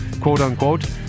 quote-unquote